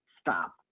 stop